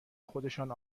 خودشان